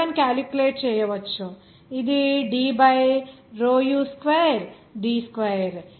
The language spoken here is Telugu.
Pi1 కాలిక్యులేట్ చేయవచ్చు ఇది D by rho u square d square